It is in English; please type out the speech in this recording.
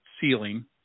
ceiling